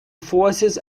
forces